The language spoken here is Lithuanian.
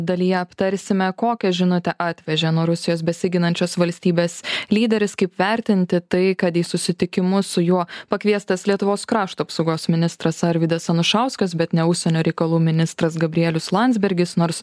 dalyje aptarsime kokią žinutę atvežė nuo rusijos besiginančios valstybės lyderis kaip vertinti tai kad į susitikimus su juo pakviestas lietuvos krašto apsaugos ministras arvydas anušauskas bet ne užsienio reikalų ministras gabrielius landsbergis nors